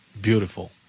beautiful